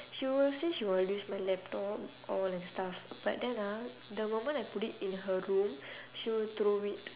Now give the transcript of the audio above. she will say she will use my laptop all that stuff but then ah the moment I put it in her room she will throw it